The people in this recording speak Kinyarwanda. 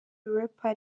europa